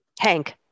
Hank